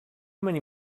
many